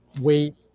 wait